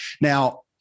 now